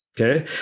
Okay